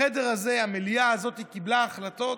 החדר הזה, המליאה הזאת קיבלה החלטות